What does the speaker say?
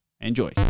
enjoy